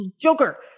Joker